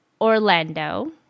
Orlando